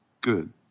Good